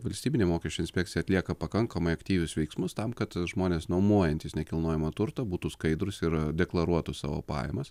valstybinė mokesčių inspekcija atlieka pakankamai aktyvius veiksmus tam kad žmonės nuomojantys nekilnojamą turto būtų skaidrūs ir deklaruotų savo pajamas